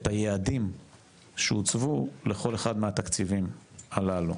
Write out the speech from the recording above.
את היעדים שהוצבו לכל אחד מהתקציבים הללו,